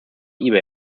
ebay